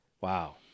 Wow